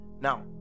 Now